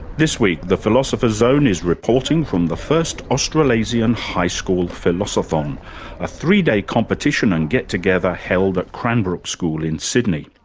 this week the philosopher's zone is reporting from the first australasian high school philosothon, a three-day competition and get together, held at cranbrook school in sydney.